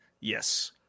Yes